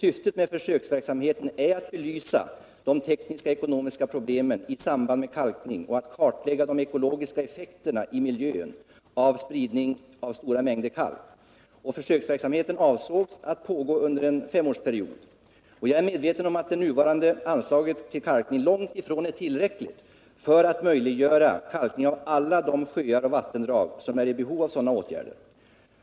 Syftet med försöksverksamheten är att belysa de tekniskekonomiska problemen i samband med kalkning och att kartlägga de ekologiska effekterna i miljön av spridning av stora mängder kalk. Försöksverksamheten avsågs att pågå under en femårsperiod. Jag är medveten om att nuvarande anslag till kalkning långt ifrån är tillräckligt för att möjliggöra kalkning av alla de sjöar och vattendrag som är i behov av sådana åtgärder.